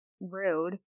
rude